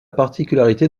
particularité